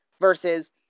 versus